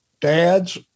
dads